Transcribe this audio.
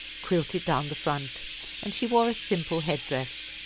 quilted down the front and she wore a simple head-dress.